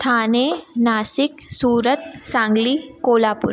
Thane Nashik Surat Sangli Kolhapur